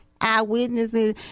Eyewitnesses